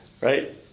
right